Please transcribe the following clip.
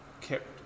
kept